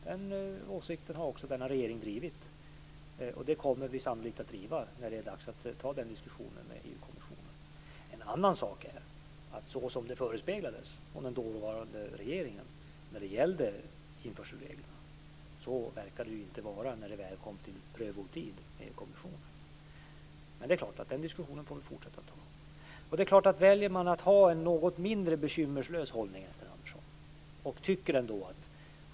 Den åsikten har också denna regering drivit, och den åsikten kommer vi sannolikt att driva när det är dags att ta den diskussionen med EU En annan sak är att det som förespeglades av den dåvarande regeringen vad gäller införselreglerna inte verkar gälla när det väl kom till prövotid med kommissionen. Men den diskussionen får vi fortsätta att driva. Man kan här välja att ha en något mindre bekymmerslös hållning än Sten Andersson.